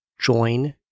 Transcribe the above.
join